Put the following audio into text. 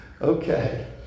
Okay